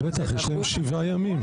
בטח, יש להם שבעה ימים.